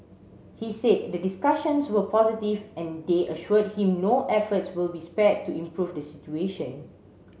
he said the discussions were positive and they assured him no efforts will be spared to improve the situation